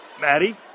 Maddie